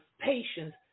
patience